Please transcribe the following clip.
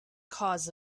cause